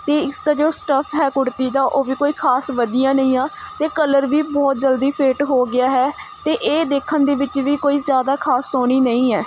ਅਤੇ ਇਸ ਦਾ ਜੋ ਸਟੱਫ ਹੈ ਕੁੜਤੀ ਦਾ ਉਹ ਵੀ ਕੋਈ ਖਾਸ ਵਧੀਆ ਨਹੀਂ ਆ ਅਤੇ ਕਲਰ ਵੀ ਬਹੁਤ ਜਲਦੀ ਫੇਟ ਹੋ ਗਿਆ ਹੈ ਅਤੇ ਇਹ ਦੇਖਣ ਦੇ ਵਿੱਚ ਵੀ ਕੋਈ ਜ਼ਿਆਦਾ ਖਾਸ ਸੋਹਣੀ ਨਹੀਂ ਹੈ